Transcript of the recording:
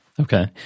Okay